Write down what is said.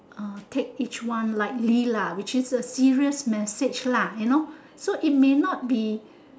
ah take each one lightly lah which is a serious message lah you know so it may not be